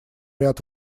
ряд